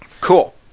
Cool